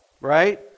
right